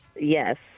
Yes